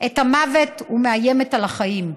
את המוות ומאיימת על החיים,